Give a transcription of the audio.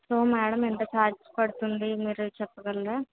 so madam ఎంత charges పడుతుంది మీరు చెప్పగలరా